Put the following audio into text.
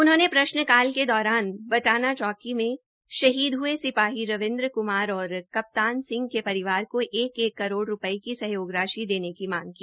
उन्होंने प्रश्न काल के दौरान बटाना चौकी में शहीद ह्ये सिपाही रविन्द्र क्मार और कप्तान सिंह के परिवार को एक एक करोड़ रूपये का सहयोग राशि देने की मांग की